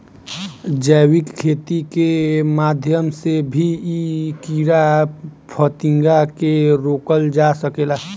जैविक खेती के माध्यम से भी इ कीड़ा फतिंगा के रोकल जा सकेला